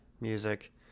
music